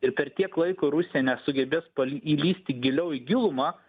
ir per tiek laiko rusija nesugebės pali įlįsti giliau į gilumą